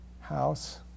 house